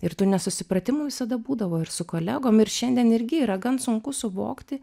ir tų nesusipratimų visada būdavo ir su kolegom ir šiandien irgi yra gan sunku suvokti